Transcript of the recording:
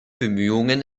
bemühungen